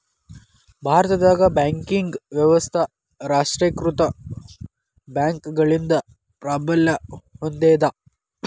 ಭಾರತದಾಗ ಬ್ಯಾಂಕಿಂಗ್ ವ್ಯವಸ್ಥಾ ರಾಷ್ಟ್ರೇಕೃತ ಬ್ಯಾಂಕ್ಗಳಿಂದ ಪ್ರಾಬಲ್ಯ ಹೊಂದೇದ